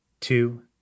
two